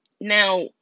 Now